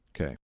Okay